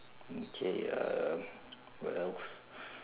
okay uh what else